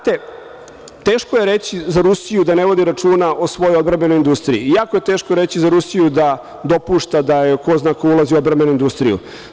Teško je reći za Rusiju da ne vodi računa o svojoj odbrambenoj industriji i jako je teško reči za Rusiju da joj ko zna ko ulazi u odbrambenu industriju.